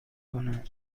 کنم